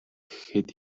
хэд